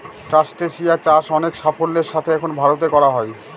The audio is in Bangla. ট্রাস্টেসিয়া চাষ অনেক সাফল্যের সাথে এখন ভারতে করা হয়